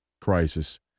crisis